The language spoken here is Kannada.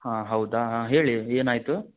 ಹಾಂ ಹೌದಾ ಹಾಂ ಹೇಳಿ ಏನಾಯ್ತು